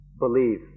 believe